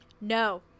No